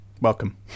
Welcome